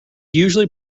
usually